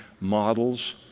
models